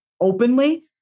openly